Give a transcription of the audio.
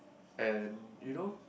and you know